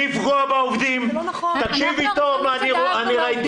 "(ב) מתקופת המחלה הצבורה של עובד השוהה בבידוד